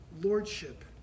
lordship